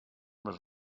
was